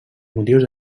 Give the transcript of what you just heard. motius